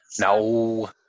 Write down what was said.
No